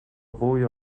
boje